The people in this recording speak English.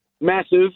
Massive